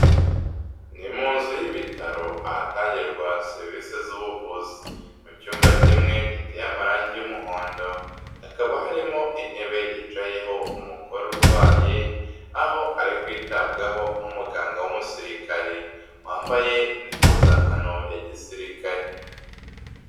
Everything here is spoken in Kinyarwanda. Ni mu nzu y'ibitaro ahatangirwa serivisi z'ubuvuzi, mu cyumba kimwe giteye amarangi y'umuhondo hakaba harimo intebe yicayeho umugore urwaye, aho ari kwitabwaho n'umuganga w'umusirikare wambaye n'impuzankano ya gisirikare.